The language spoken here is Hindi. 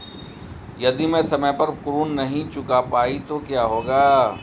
यदि मैं समय पर ऋण नहीं चुका पाई तो क्या होगा?